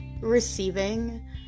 receiving